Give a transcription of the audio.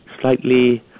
slightly